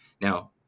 Now